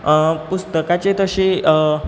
पुस्तकाची तशी